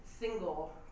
single